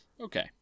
Okay